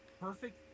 perfect